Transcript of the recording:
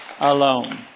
alone